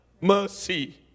mercy